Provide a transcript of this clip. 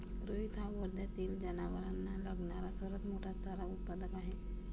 रोहित हा वर्ध्यातील जनावरांना लागणारा सर्वात मोठा चारा उत्पादक आहे